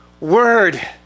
word